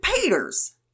Peters